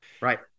Right